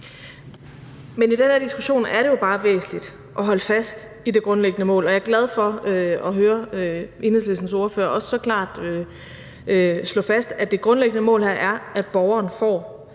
Men i den her diskussion er det jo bare væsentligt at holde fast i det grundlæggende mål, og jeg er også glad for at høre, at Enhedslistens ordfører så klart slår fast, at det grundlæggende mål her er, at borgeren får